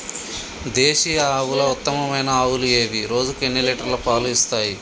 దేశీయ ఆవుల ఉత్తమమైన ఆవులు ఏవి? రోజుకు ఎన్ని లీటర్ల పాలు ఇస్తాయి?